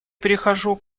перехожу